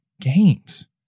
games